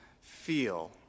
feel